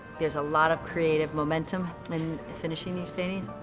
there's a lot of creative momentum in finishing these paintings.